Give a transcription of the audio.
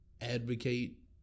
advocate